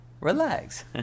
Relax